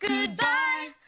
goodbye